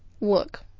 look